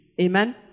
Amen